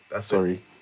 Sorry